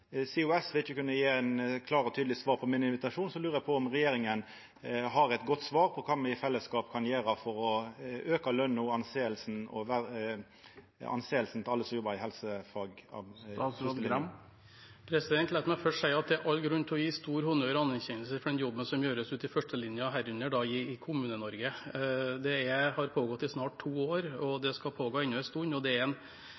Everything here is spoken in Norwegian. ikkje kunne gje eit klart og tydeleg svar på invitasjonen min, lurer eg på om regjeringa har eit godt svar på kva me i fellesskap kan gjera for å auka løna til og respekten for alle som jobbar med helsefag. La meg først si at det er all grunn til å gi stor honnør og anerkjennelse til den jobben som gjøres ute i førstelinja, herunder i Kommune-Norge. Dette har pågått i snart to år, det skal pågå enda en stund, og